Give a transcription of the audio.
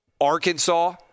Arkansas